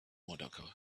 monaco